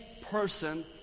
person